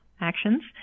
actions